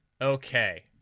Okay